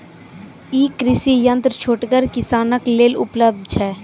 ई कृषि यंत्र छोटगर किसानक लेल उपलव्ध छै?